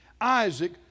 Isaac